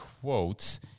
quotes